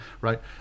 right